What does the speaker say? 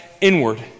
inward